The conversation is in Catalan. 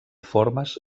formes